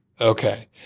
Okay